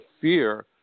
fear